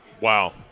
Wow